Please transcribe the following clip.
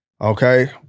Okay